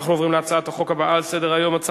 אה, לוועדת כלכלה זה